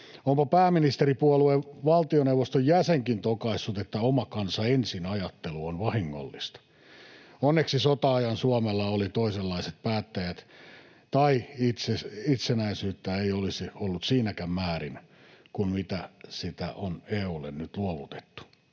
Onpa pääministeripuolueen valtioneuvoston jäsenkin tokaissut, että oma kansa ensin ‑ajattelu on vahingollista. Onneksi sota-ajan Suomella oli toisenlaiset päättäjät, tai itsenäisyyttä ei olisi ollut siinäkään määrin kuin mitä sitä on EU:lle nyt luovutettu.